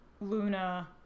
Luna